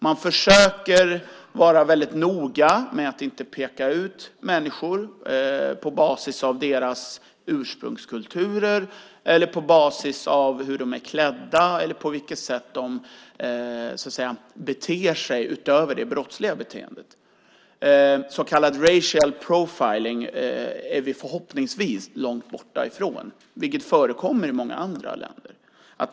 Man försöker vara väldigt noga med att inte peka ut människor på basis av deras ursprungskulturer eller på basis av hur de är klädda eller beter sig utöver det brottsliga beteendet. Så kallad racial profiling är vi förhoppningsvis långt borta från, men det förekommer i många andra länder.